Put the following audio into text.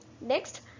next